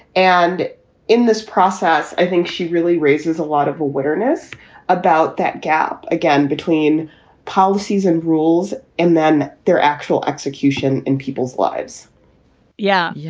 and in this process, i think she really raises a lot of awareness about that gap again between policies and rules and then their actual execution in people's lives yeah. yeah,